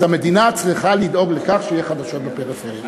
אז המדינה צריכה לדאוג לכך שיהיה חדשות בפריפריה.